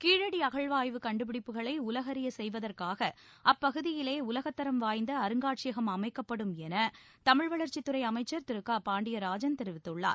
கீழடி அகழாய்வு கண்டுபிடிப்புகளை உலகறியச் செய்வதற்காக அப்பகுதியிலேய உலகத் தரம் வாய்ந்த அருங்காட்சியகம் அமைக்கப்படும் என தமிழ வளர்ச்சித்துறை அமைச்சர் திரு க பாண்டியராஜன் தெரிவித்துள்ளார்